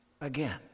Again